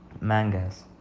mangas